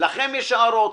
לכם יש הערות.